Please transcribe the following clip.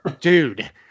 dude